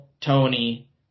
Tony